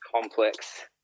complex